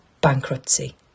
bankruptcy